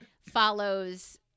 follows –